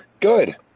Good